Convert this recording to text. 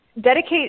dedicate